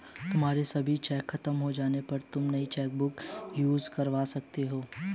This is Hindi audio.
तुम्हारे सभी चेक खत्म हो जाने पर तुम नई चेकबुक इशू करवा सकती हो